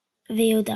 ויהודה.